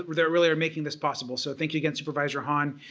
there really are making this possible so thank you again supervisor hahn.